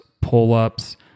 pull-ups